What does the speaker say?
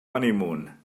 honeymoon